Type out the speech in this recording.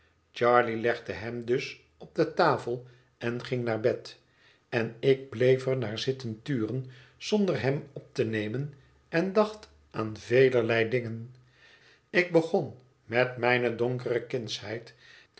charley legde hem dus op de tafel en ging naar bed en ik bleef er naar zitten turen zonder hem op te nemen en dacht aan velerlei dingen ik begon met mijne donkere kindsheid